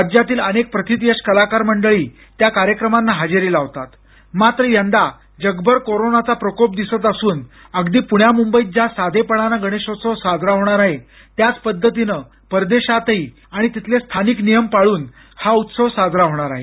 राज्यातील अनेक प्रथितयश कलाकार मंडळी त्या कार्यक्रमांना हजेरी लावतात मात्र यंदा जगभर कोरोनाचा प्रकोप दिसत असून अगदी पूण्या मुंबईत ज्या साधेपणानं गणेशोत्सव साजरा होणार आहे त्याच पद्धतीनं परदेशातही आणि तिथले स्थानिक नियम पाळून हा उत्सव साजरा होणार आहे